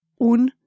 Un